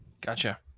Gotcha